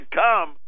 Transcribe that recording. come